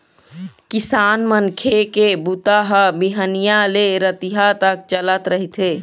किसान मनखे के बूता ह बिहनिया ले रतिहा तक चलत रहिथे